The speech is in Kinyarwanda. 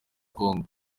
congo